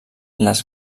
les